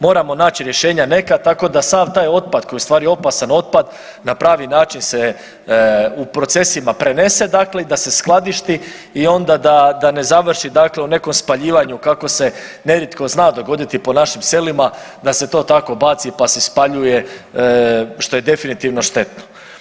Moramo naći rješenja neka, tako da sav taj otpad koji je u stvari opasan otpad na pravi način se u procesima prenese, dakle i da se skladišti i onda da ne završi, dakle u nekom spaljivanju kako se nerijetko zna dogoditi po našim selima da se to tako baci pa se spaljuje što je definitivno štetno.